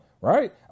Right